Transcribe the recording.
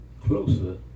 closer